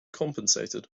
compensated